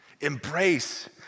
Embrace